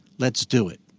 let's do it.